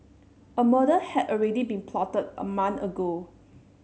a murder had already been plotted a month ago